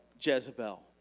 Jezebel